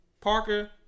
Parker